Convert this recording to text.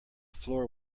floor